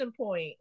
point